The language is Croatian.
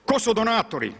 Tko su donatori?